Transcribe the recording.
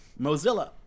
Mozilla